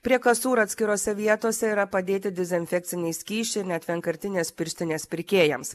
prie kasų ir atskirose vietose yra padėti dizenfekciniai skysčiai ir net vienkartinės pirštinės pirkėjams